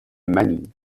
منی